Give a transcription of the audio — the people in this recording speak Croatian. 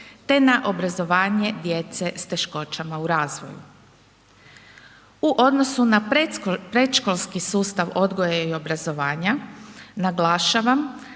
te na obrazovanje djece s teškoćama u razvoju. U odnosu na predškolski sustav odgoja i obrazovanja, naglašavam